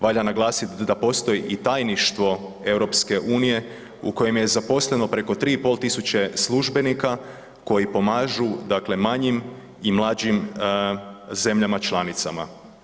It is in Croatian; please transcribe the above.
Valja naglasiti da postoji i tajništvo EU u kojem je zaposleno preko 3.500 službenika koji pomažu dakle manjim i mlađim zemljama članicama.